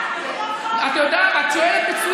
את צועקת,